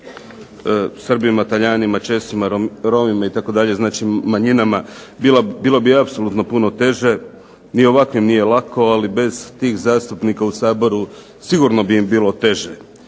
Srbima, Talijanima, Česima, Romima itd., znači manjinama, bilo bi apsolutno puno teže. Ni ovako im nije lako, ali bez tih zastupnika u Saboru sigurno bi im bilo teže.